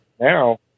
Now